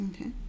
Okay